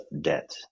debt